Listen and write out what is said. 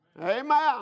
Amen